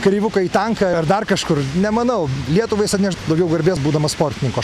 kareivuką į tanką ar dar kažkur nemanau lietuvai jis atneš daugiau garbės būdamas sportininku